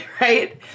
right